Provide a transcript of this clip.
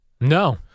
No